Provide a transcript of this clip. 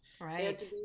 Right